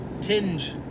Tinge